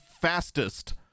fastest